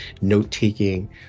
note-taking